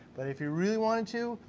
but if you really wanted to,